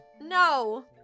No